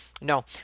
no